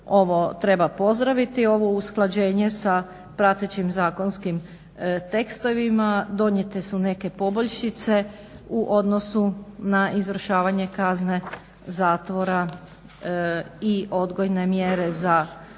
ovo treba pozdraviti ovo usklađenje sa pratećim zakonskim tekstovima. Donijete su neke poboljšice u odnosu na izvršavanje kazne zatvora i odgojne mjere za